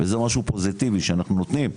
וזה משהו פוזיטיבי שאנחנו נותנים,